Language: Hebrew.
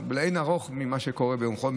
לאין ערוך ממה שקורה ביום חול,